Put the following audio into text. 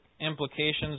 implications